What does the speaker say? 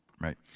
right